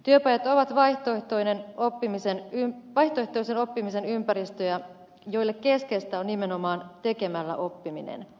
työpajat ovat vaihtoehtoisen oppimisen ympäristö jolle keskeistä on nimenomaan tekemällä oppiminen